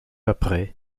après